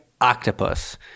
octopus